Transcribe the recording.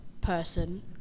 person